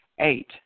Eight